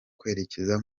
kwerekeza